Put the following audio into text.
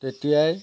তেতিয়াই